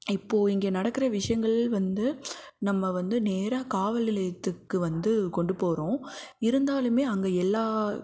இப்போது இங்கே நடக்கிற விஷயங்கள் வந்து நம்ம வந்து நேராக காவல் நிலையத்துக்கு வந்து கொண்டு போகிறோம் இருந்தாலுமே அங்கே எல்லா